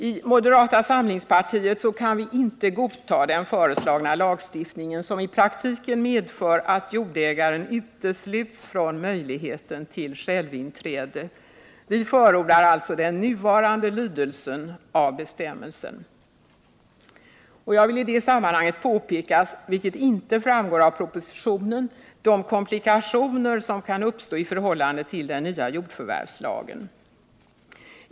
I moderata samlingspartiet kan vi inte godta den föreslagna lagstiftningen, som i praktiken medför att jordägaren utesluts från möjligheten till självinträde. Vi förordar alltså den nuvarande lydelsen av bestämmelsen. Jag vill i detta sammanhang påpeka, vilket inte framgår av propositionen, de komplikationer som kan uppstå i förhållande till den nya jordförvärvslagen.